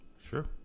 Sure